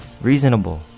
reasonable